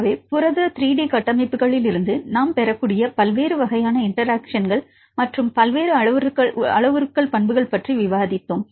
எனவே புரத 3 டி கட்டமைப்புகளிலிருந்து நாம் பெறக்கூடிய பல்வேறு வகையான இன்டெராக்ஷன் மற்றும் பல்வேறு அளவுருக்கள் பண்புகள் பற்றி விவாதித்தோம்